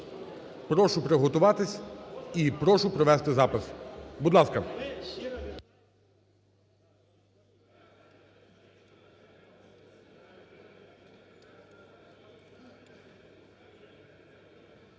Прошу приготуватись і прошу провести запис. Будь ласка.